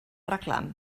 reclam